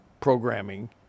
programming